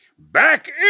back